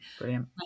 Brilliant